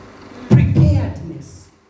Preparedness